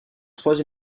trois